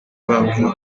bambwira